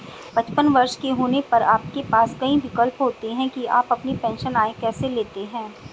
पचपन वर्ष के होने पर आपके पास कई विकल्प होते हैं कि आप अपनी पेंशन आय कैसे लेते हैं